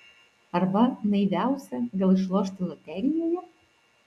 arba naiviausia gal išlošti loterijoje